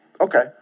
Okay